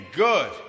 good